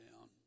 down